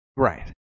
Right